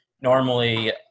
normally